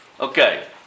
Okay